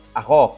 ako